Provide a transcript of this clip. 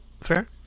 fair